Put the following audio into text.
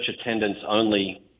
attendance-only